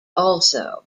also